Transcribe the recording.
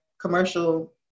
commercial